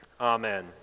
Amen